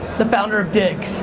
the founder of digg.